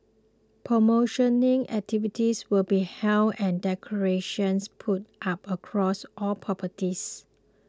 promotional activities will be held and decorations put up across all properties